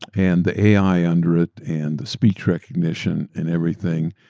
and the ai under it, and the speech recognition, and everything,